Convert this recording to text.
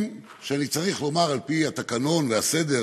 שאני צריך לומר על-פי התקנון והסדר,